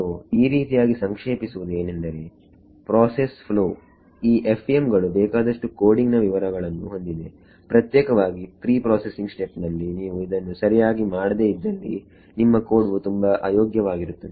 ಸೋಈ ರೀತಿಯಾಗಿ ಸಂಕ್ಷೇಪಿಸುವುದು ಏನೆಂದರೆ ಪ್ರೋಸೆಸ್ ಫ್ಲೋವ್ ಈ FEM ಗಳು ಬೇಕಾದಷ್ಟು ಕೋಡಿಂಗ್ ನ ವಿವರವನ್ನು ಹೊಂದಿದೆ ಪ್ರತ್ಯೇಕವಾಗಿ ಪ್ರೀ ಪ್ರೋಸೆಸಿಂಗ್ ಸ್ಟೆಪ್ ನಲ್ಲಿ ನೀವು ಇದನ್ನು ಸರಿಯಾಗಿ ಮಾಡದೇ ಇದ್ದಲ್ಲಿ ನಿಮ್ಮ ಕೋಡ್ ವು ತುಂಬಾ ಅಯೋಗ್ಯವಾಗಿರುತ್ತದೆ